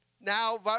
Now